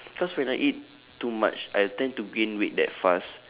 cause when I eat too much I tend to gain weight that fast